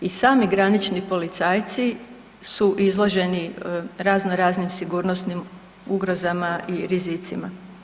I sami granični policajci su izloženi razno raznim sigurnosnim ugrozama i rizicima.